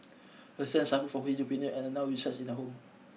her son suffer from schizophrenia and now resides in the home